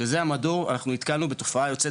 שזה המדור אנחנו נתקלנו בתופעה יוצאת